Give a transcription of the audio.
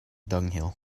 dunghill